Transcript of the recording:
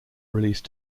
release